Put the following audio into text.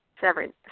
Seven